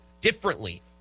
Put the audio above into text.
differently